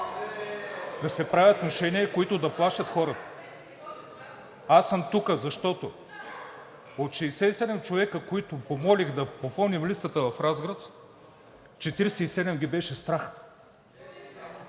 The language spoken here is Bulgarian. да се правят внушения, които да плашат хората. Аз съм тук, защото от 67 човека, които помолих да попълним листата в Разград, 47 ги беше страх.